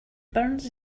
burns